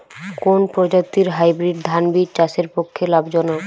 কোন প্রজাতীর হাইব্রিড ধান বীজ চাষের পক্ষে লাভজনক?